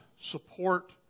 support